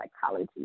psychology